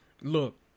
Look